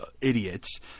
idiots